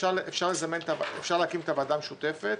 אפשר להקים את הוועדה המשותפת